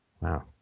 Wow